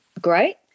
great